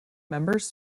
members